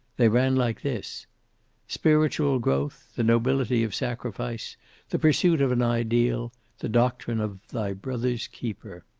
they ran like this spiritual growth the nobility of sacrifice the pursuit of an ideal the doctrine of thy brother's keeper.